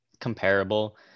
comparable